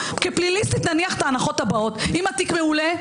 כ"פליליסטית" אניח את ההנחות הבאות: אם התיק מעולה,